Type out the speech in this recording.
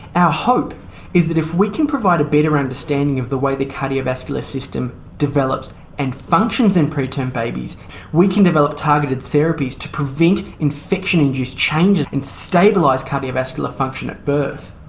our hope is that if we can provide a better understanding of the way the cardiovascular system develops and functions in preterm babies we can develop targeted therapies to prevent infection induced changes and stabilise cardiovascular function at birth.